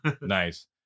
Nice